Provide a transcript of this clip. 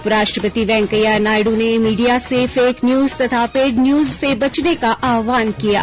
उपराष्ट्रपति वैंकेया नायडू ने मीडिया से फेक न्यूज तथा पेड न्यूज से बचने का आहवान किया है